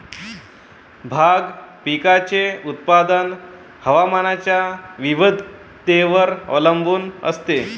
भाग पिकाचे उत्पादन हवामानाच्या विविधतेवर अवलंबून असते